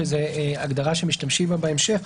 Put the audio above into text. שזה הגדרה שמשתמשים בה בהמשך.